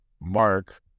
Mark